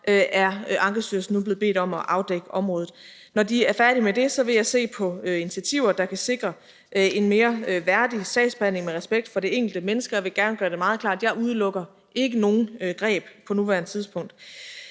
er Ankestyrelsen nu blevet bedt om at afdække området. Når de er færdige med det, vil jeg se på initiativer, der kan sikre en mere værdig sagsbehandling med respekt for det enkelte menneske. Og jeg vil gerne gøre det meget klart, at jeg ikke udelukker nogen greb på nuværende tidspunkt.